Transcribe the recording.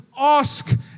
Ask